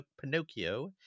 Pinocchio